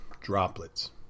droplets